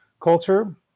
culture